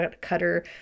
cutter